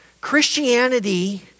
Christianity